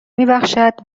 میبخشد